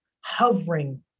hovering